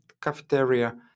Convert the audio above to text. cafeteria